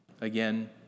Again